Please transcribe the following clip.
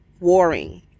warring